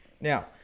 Now